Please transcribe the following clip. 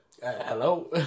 hello